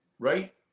right